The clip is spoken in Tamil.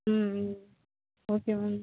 ம் ம் ஓகே மேம்